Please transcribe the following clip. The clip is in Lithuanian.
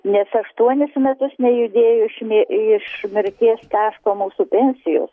nes aštuonis metus nejudėjo iš nė iš mirties taško mūsų pensijos